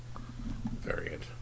variant